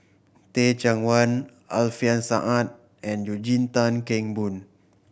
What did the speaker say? Teh Cheang Wan Alfian Sa'at and Eugene Tan Kheng Boon